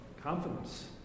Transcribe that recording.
confidence